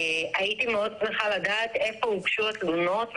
הייתי מאוד שמחה לדעת איפה הוגשו התלונות,